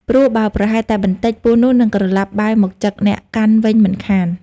ព្រោះបើប្រហែសតែបន្តិច ពស់នោះនឹងក្រឡាស់បែរមកចឹកអ្នកកាន់វិញមិនខាន ។